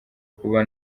kuba